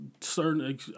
certain